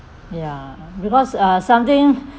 ya because uh something